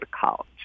college